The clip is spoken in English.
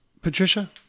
Patricia